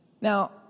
now